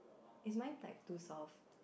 is mine like too soft